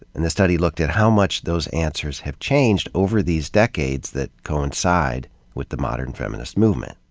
and the study looked at how much those answers have changed over these decades that coincide with the modern feminist movement.